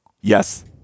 Yes